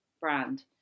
brand